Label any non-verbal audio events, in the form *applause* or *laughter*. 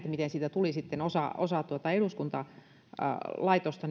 miten ulkopoliittisesta instituutista sitten tuli osa eduskuntalaitosta *unintelligible*